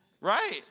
Right